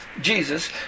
Jesus